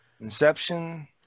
Inception